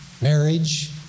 marriage